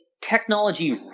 technology